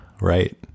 Right